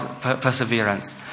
perseverance